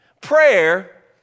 Prayer